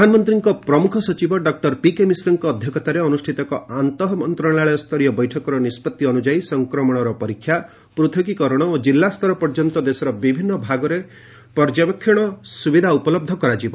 ପ୍ରଧାନମନ୍ତ୍ରୀଙ୍କ ପ୍ରମୁଖ ସଚିବ ଡକ୍କର ପିକେ ମିଶ୍ରଙ୍କ ଅଧ୍ୟକ୍ଷତାରେ ଅନୁଷ୍ଠିତ ଏକ ଆନ୍ତଃ ମନ୍ତ୍ରଣାଳୟ ସ୍ତରୀୟ ବୈଠକର ନିଷ୍ପଭି ଅନୁଯାୟୀ ସଂକ୍ରମଣର ପରୀକ୍ଷା ପୂଥକୀକରଣ ଓ ଜିଲ୍ଲାସ୍ତର ପର୍ଯ୍ୟନ୍ତ ଦେଶର ବିଭିନ୍ନ ଭାଗରେ ପର୍ଯ୍ୟବେକ୍ଷଣ ସୁବିଧା ଉପଲହ୍ଧ କରାଯିବ